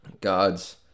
God's